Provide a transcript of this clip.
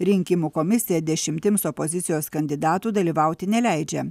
rinkimų komisija dešimtims opozicijos kandidatų dalyvauti neleidžia